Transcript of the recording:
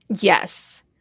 Yes